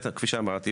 כפי שאמרתי,